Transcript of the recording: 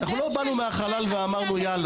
הקודם של ישראל --- אנחנו לא באנו מהחלל ואמרנו "יאללה".